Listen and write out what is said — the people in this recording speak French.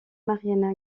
marina